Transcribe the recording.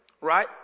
right